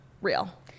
real